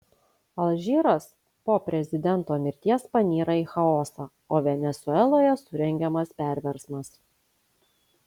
alžyras po prezidento mirties panyra į chaosą o venesueloje surengiamas perversmas